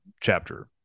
chapter